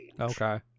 Okay